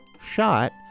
Shot